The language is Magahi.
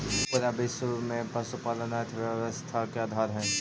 पूरा विश्व में पशुपालन अर्थव्यवस्था के आधार हई